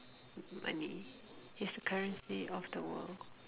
money is the currency of the world